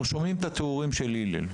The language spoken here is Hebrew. אנחנו שומעים את התיאורים של הלל,